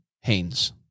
Haynes